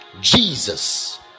jesus